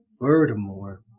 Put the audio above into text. furthermore